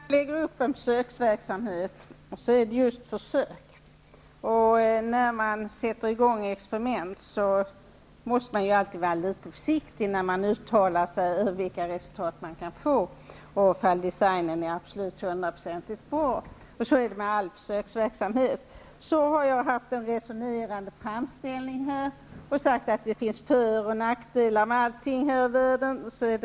Herr talman! När man lägger upp en försöksverksamhet är det fråga om just försök. Och när man sätter i gång med experiment måste man alltid vara litet försiktig när man uttalar sig om de resultat som kan uppnås och om huruvida designen är hundraprocentigt bra. Så är det med all försöksverksamhet. Jag har haft en resonerande framställning och sagt att det finns både fördelar och nackdelar med allting här i världen.